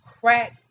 crack